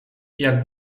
jak